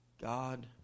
God